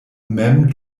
mem